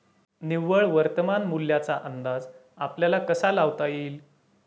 निव्वळ वर्तमान मूल्याचा अंदाज आपल्याला कसा लावता येईल?